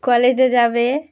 কলেজে যাবে